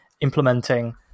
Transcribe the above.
implementing